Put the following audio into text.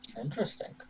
Interesting